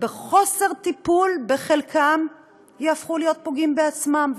בחוסר טיפול, חלקם יהפכו להיות פוגעים בעצמם.